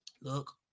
Look